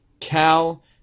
cal